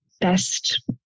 best